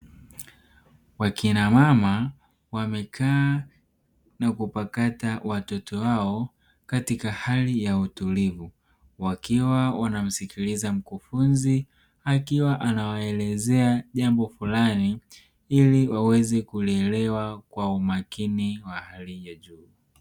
Wakina mama wamekaa na kupakata watoto wao katika hali ya utulivu, wakiwa wanamsikiliza mkufunzi akiwa anawaelezea jambo fulani ili waweze kulielewa kwa umakini wa hali ya juu.